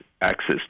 access